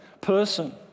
person